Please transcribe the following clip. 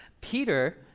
Peter